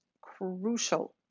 crucial